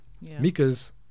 Mika's